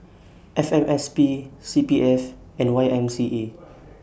F M S P C P F and Y M C A